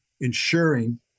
ensuring